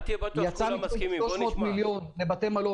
אל תהיה בטוח שמסכימים, בוא נשמע.